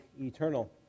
eternal